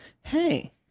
Hey